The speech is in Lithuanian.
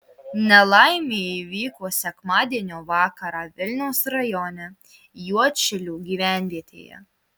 nelaimė įvyko sekmadienio vakarą vilniaus rajone juodšilių gyvenvietėje